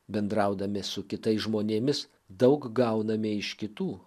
bendraudami su kitais žmonėmis daug gauname iš kitų